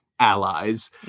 allies